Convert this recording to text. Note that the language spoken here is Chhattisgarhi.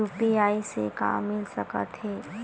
यू.पी.आई से का मिल सकत हे?